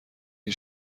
این